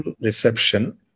reception